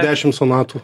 dešim sonatų